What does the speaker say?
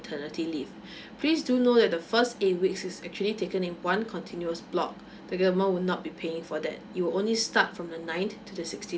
leave please do know that the first eight weeks is actually taken in one continuous block the government will not be paying for that it will only start from the ninth to the sixteenth